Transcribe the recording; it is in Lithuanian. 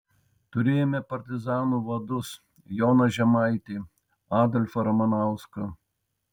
turėjome partizanų vadus joną žemaitį adolfą ramanauską